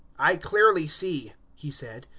i clearly see, he said,